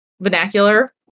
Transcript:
vernacular